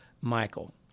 Michael